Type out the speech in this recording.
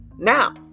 Now